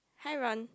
hi Ron